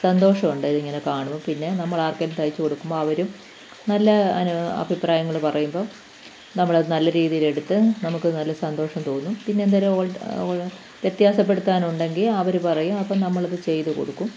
സന്തോഷം ഉണ്ട് ഇങ്ങനെ കാണുമ്പോൾ പിന്നെ നമ്മൾ ആർക്കെങ്കിലും തയ്ച്ച് കൊടുക്കുമ്പോൾ അവരും നല്ല അഭിപ്രായങ്ങൾ പറയുമ്പോൾ നമ്മൾ അത് നല്ല രീതിയിലെടുത്ത് നമുക്ക് നല്ല സന്തോഷം തോന്നും പിന്നെ എന്തൊരു വ്യത്യാസപ്പെടുത്താനുണ്ടെങ്കിൽ അവർ പറയും അപ്പം നമ്മൾ അത് ചെയ്ത് കൊടുക്കും